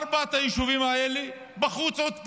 וארבעת היישובים האלה בחוץ עוד פעם.